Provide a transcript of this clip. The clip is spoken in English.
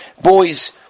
boys